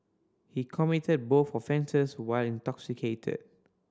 he committed both offences while intoxicated